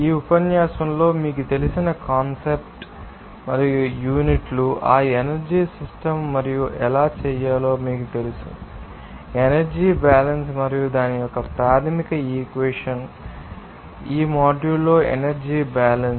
ఈ ఉపన్యాసంలో మీకు తెలిసిన కాన్సెప్ట్ మరియు యూనిట్లు ఆ ఎనర్జీ సిస్టమ్ మరియు ఎలా చేయాలో మీకు తెలుసా ఎనర్జీ బ్యాలన్స్ మరియు దాని యొక్క ప్రాథమిక ఈక్వేషన్ ఏమిటి మీకు తెలుసా ఈ మాడ్యూల్లో ఎనర్జీ బ్యాలన్స్